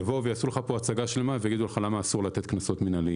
יבואו ויעשו לך פה הצגה שלמה ויגידו לך למה אסור לתת קנסות מינהליים.